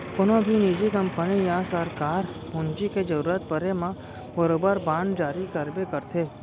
कोनों भी निजी कंपनी या सरकार पूंजी के जरूरत परे म बरोबर बांड जारी करबे करथे